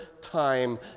time